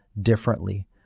differently